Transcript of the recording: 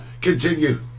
Continue